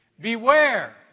Beware